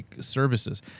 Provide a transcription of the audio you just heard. services